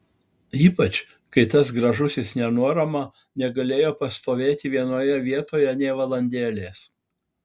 ypač kai tas gražusis nenuorama negalėjo pastovėti vienoje vietoj nė valandėlės